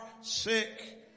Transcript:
sick